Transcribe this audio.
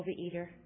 overeater